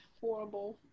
horrible